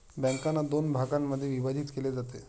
बँकांना दोन भागांमध्ये विभाजित केले जाते